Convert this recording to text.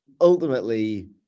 Ultimately